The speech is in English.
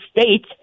States